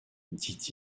dit